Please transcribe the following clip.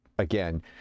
Again